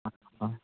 ꯑꯥ ꯑꯍꯣꯏ